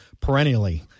perennially